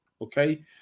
Okay